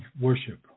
worship